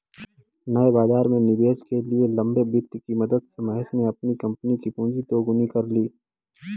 नए बाज़ार में निवेश के लिए भी लंबे वित्त की मदद से महेश ने अपनी कम्पनी कि पूँजी दोगुनी कर ली